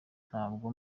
ntabwo